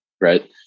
Right